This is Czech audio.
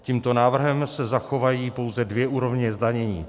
Tímto návrhem se zachovají pouze dvě úrovně zdanění.